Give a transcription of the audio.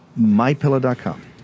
MyPillow.com